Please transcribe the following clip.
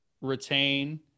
retain